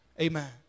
Amen